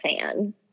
fan